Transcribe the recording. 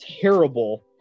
terrible